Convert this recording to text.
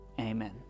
Amen